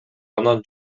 анан